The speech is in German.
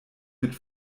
mit